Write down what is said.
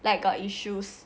like got issues